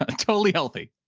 and totally healthy.